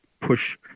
push